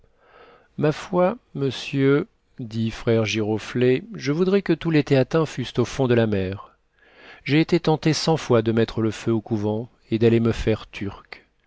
ma foi monsieur dit frère giroflée je voudrais que tous les théatins fussent au fond de la mer j'ai été tenté cent fois de mettre le feu au couvent et d'aller me faire turc